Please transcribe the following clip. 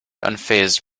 unfazed